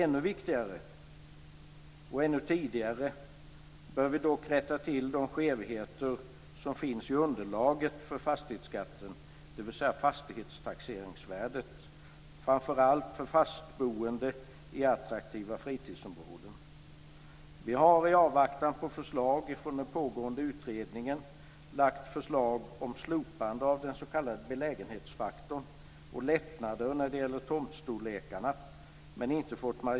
Ännu viktigare och ännu tidigare bör vi dock rätta till de skevheter som finns i underlaget för fastighetsskatten, dvs. fastighetstaxeringsvärdet, framför allt för fastboende i attraktiva fritidsområden.